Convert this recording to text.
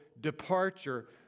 departure